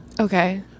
Okay